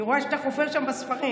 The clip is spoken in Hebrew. אני רואה שאתה חופר שם בספרים.